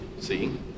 See